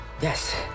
Yes